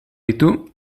ditu